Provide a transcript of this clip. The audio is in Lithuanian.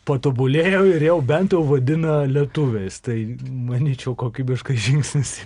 patobulėjo ir jau bent jau vadina lietuviais tai manyčiau kokybiškas žingsnis